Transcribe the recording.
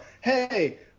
hey